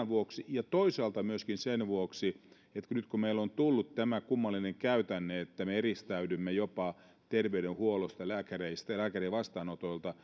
vuoksi ja toisaalta myöskin sen vuoksi että nyt kun meille on tullut tämä kummallinen käytänne että me eristäydymme jopa terveydenhuollosta lääkäreistä ja lääkärien vastaanotoilta